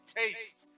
taste